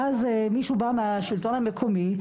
ואז מישהו בא מהשלטון המקומי,